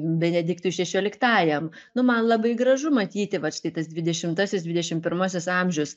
benediktui šešioliktajam nu man labai gražu matyti vat štai tas dvidešimtasis dvidešimt pirmasis amžius